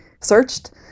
searched